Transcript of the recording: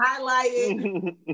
highlighting